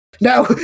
No